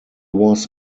was